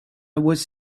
was